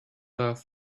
love